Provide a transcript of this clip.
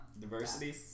Diversity